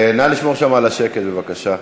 נא לשמור שם על השקט, בבקשה.